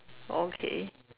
okay